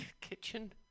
kitchen